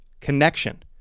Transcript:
Connection